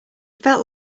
felt